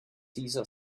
caesar